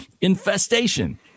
infestation